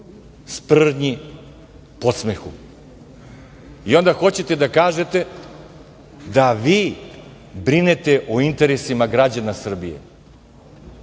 sprdnji, podsmehu. Onda hoćete da kažete da vi brinete o interesima građana Srbije. Čuo